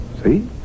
See